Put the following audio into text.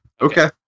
Okay